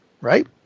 right